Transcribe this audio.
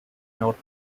north